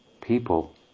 people